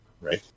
right